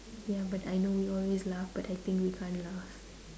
ya but I know we always laugh but I think we can't laugh